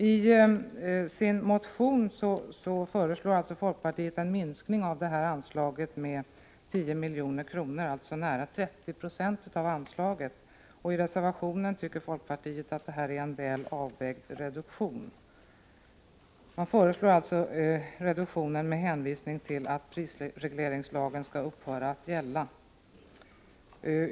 I sin motion föreslår folkpartiet en minskning av anslaget med 10 milj.kr. — alltså nära 30 96 av anslaget. I reservationen anför folkpartiet att detta är en väl avvägd reduktion. Folkpartiet föreslår reduktionen med hänvisning till att prisregleringslagen skall upphöra att gälla.